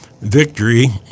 victory